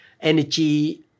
energy